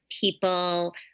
people